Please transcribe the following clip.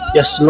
Yes